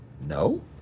No